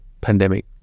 pandemic